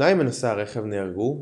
שניים מנוסעי הרכב נהרגו,